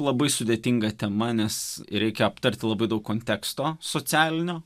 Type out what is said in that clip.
labai sudėtinga tema nes reikia aptarti labai daug konteksto socialinio